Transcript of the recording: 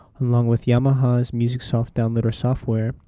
along with yamaha's musicsoft downloader software,